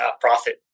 profit